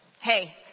Hey